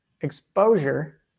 exposure